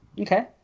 Okay